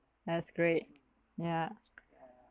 that's great yeah